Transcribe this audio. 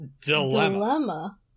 Dilemma